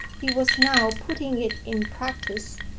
he was now putting it in practice,